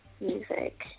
music